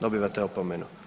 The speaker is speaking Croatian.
Dobivate opomenu.